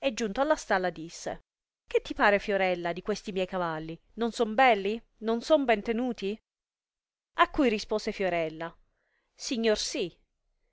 e giunto alla stalla disse che ti pare fiorella di questi miei cavalli non sono belli non sono ben tenuti a cui rispose fiorella signor si